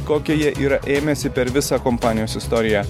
kokio jie yra ėmęsi per visą kompanijos istoriją